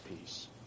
peace